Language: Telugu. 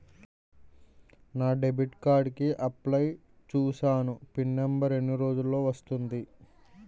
నా డెబిట్ కార్డ్ కి అప్లయ్ చూసాను పిన్ నంబర్ ఎన్ని రోజుల్లో వస్తుంది?